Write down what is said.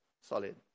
solid